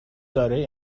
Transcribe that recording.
دارای